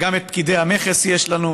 וגם פקידי מכס יש לנו,